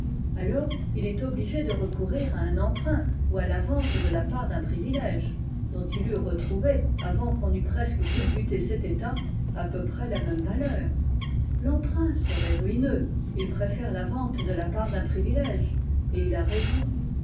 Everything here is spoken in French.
alors il est obligé de recourir à un emprunt ou à la vente de la part d'un privilège dont il eût retrouvé avant qu'on eût presque culbuté cet état à peu près la première valeur l'emprunt serait ruineux il préfère la vente de la part d'un privilège et il a raison